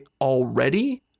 already